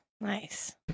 nice